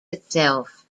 itself